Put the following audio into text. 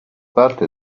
parte